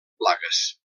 plagues